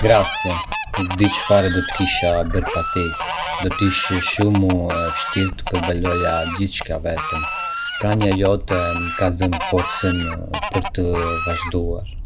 Faleminderit. Nuk di çfarë do të kisha bërë pa ty... do të ishte shumë më e vështirë të përballoja gjithçka vetëm. Prania jote më ka dhënë forcën për të vazhduar.